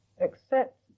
accept